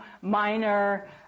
minor